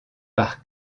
par